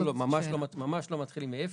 לא, ממש לא מתחילים מאפס.